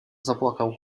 zapłakał